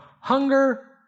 hunger